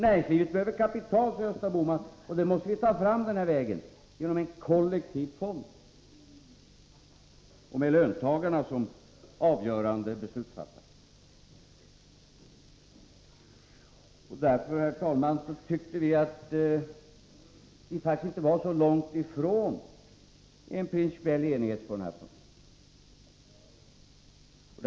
Näringslivet behöver kapital, sade Gösta Bohman, och det måste vi ta fram den här vägen — alltså genom en kollektiv fond och med löntagarna som avgörande beslutsfattare! Därför, herr talman, tyckte vi att vi faktiskt inte var så långt ifrån en principiell enighet på den här punkten.